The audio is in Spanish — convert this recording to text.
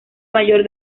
mayor